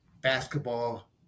basketball